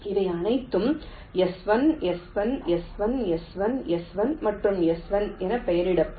இவை அனைத்தும் S 1 S 1 S 1 S 1S 1 மற்றும் S 1 என பெயரிடப்படும்